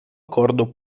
accordo